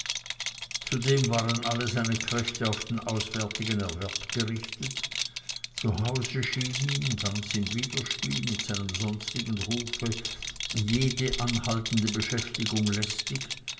zudem waren alle seine kräfte auf den auswärtigen erwerb gerichtet zu hause schien ihm ganz im widerspiel mit seinem sonstigen rufe jede anhaltende beschäftigung lästig